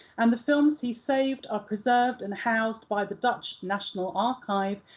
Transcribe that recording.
and the films he saved are preserved and housed by the dutch national archive,